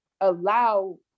allow